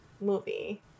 movie